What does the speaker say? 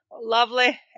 lovely